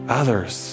others